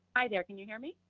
hi there, can you hear me?